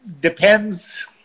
Depends